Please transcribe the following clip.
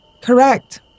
Correct